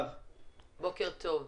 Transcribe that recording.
שלום.